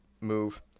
move